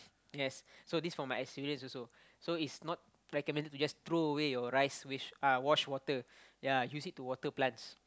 yes so this from my experience also so is not recommended to just throw away your rice wish uh wash water ya use it to water plants